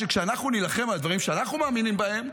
שכשאנחנו נילחם על דברים שאנחנו מאמינים בהם,